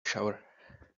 shower